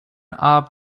off